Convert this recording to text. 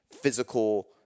physical